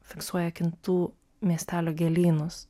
fiksuoja kintų miestelio gėlynus